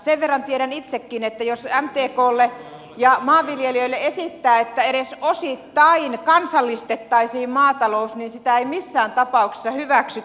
sen verran tiedän itsekin että jos mtklle ja maanviljelijöille esittää että edes osittain kansallistettaisiin maatalous niin sitä ei missään tapauksessa hyväksytä